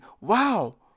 Wow